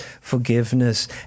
forgiveness